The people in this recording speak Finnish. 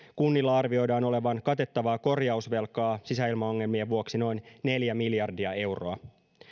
kunnilla arvioidaan olevan katettavaa korjausvelkaa sisäilmaongelmien vuoksi noin neljä miljardia euroa